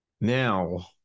Now